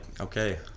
okay